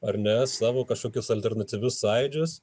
ar ne savo kažkokius alternatyvius sąjūdžius